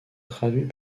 traduit